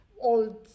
old